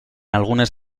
algunes